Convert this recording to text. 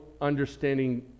understanding